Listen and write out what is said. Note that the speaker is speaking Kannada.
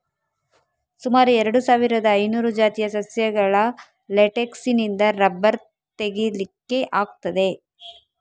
ಸುಮಾರು ಎರಡು ಸಾವಿರದ ಐನೂರು ಜಾತಿಯ ಸಸ್ಯಗಳ ಲೇಟೆಕ್ಸಿನಿಂದ ರಬ್ಬರ್ ತೆಗೀಲಿಕ್ಕೆ ಆಗ್ತದೆ